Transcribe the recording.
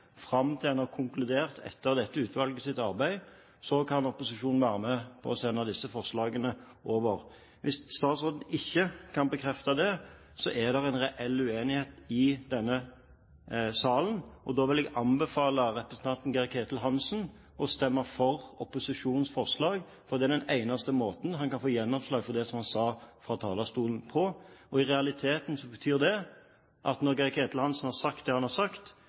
fram til en har konkludert etter dette utvalgets arbeid, så kan opposisjonen være med på å sende over disse forslagene. Hvis statsråden ikke kan bekrefte det, er det en reell uenighet i denne salen, og da vil jeg anbefale representanten Geir-Ketil Hansen å stemme for opposisjonens forslag, for det er den eneste måten han kan få gjennomslag på for det han sa fra talerstolen. I realiteten betyr det at når Geir-Ketil Hansen har sagt det han har sagt,